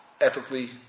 ethically